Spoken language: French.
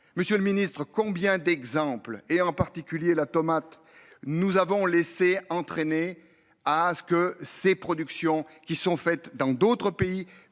Monsieur le Ministre, combien d'exemples et en particulier la tomate. Nous avons laissé entraîner à à ce que ces productions qui sont faites dans d'autres pays